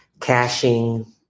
caching